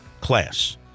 class